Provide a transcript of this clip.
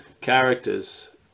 characters